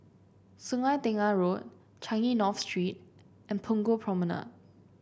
Sungei Tengah Road Changi North Street and Punggol Promenade